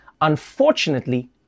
Unfortunately